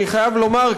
אני חייב לומר,